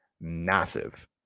massive